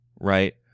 right